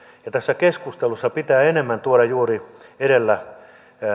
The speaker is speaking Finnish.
ja tässä keskustelussa pitää enemmän tuoda juuri edellä